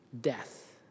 death